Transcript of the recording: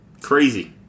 Crazy